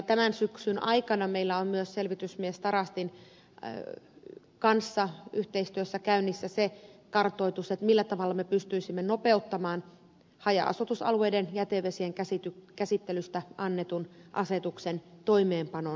tämän syksyn aikana meillä on myös selvitysmies tarastin kanssa yhteistyössä käynnissä se kartoitus millä tavalla me pystyisimme nopeuttamaan haja asutusalueiden jätevesien käsittelystä annetun asetuksen toimeenpanon nopeuttamista